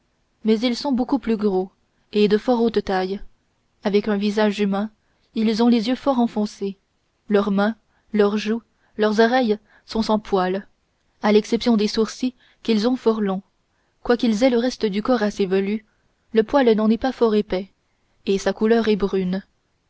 mais ils sont beaucoup plus gros et de fort haute taille avec un visage humain ils ont les yeux fort enfoncés leurs mains leurs joues leurs oreilles sont sans poil à l'exception des sourcils qu'ils ont fort longs quoiqu'ils aient le reste du corps assez velu le poil n'en est pas fort épais et sa couleur est brune